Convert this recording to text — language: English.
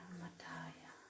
mataya